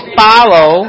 follow